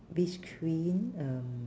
beach queen um